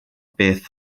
beth